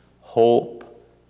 hope